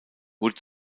wurde